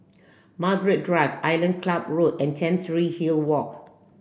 Margaret Drive Island Club Road and Chancery Hill Walk